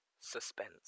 Suspense